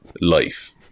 life